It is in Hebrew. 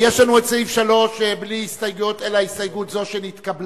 מי בעד, מי נגד ההסתייגות הזאת?